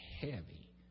heavy